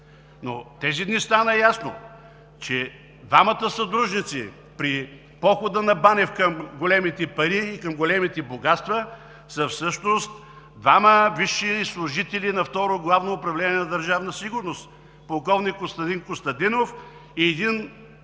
Но тези дни стана ясно, че двамата съдружници при похода на Банев към големите пари и към големите богатства са всъщност двама висши служители на Второ главно управление на Държавна сигурност – полковник Костадин Костадинов и един